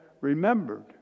remembered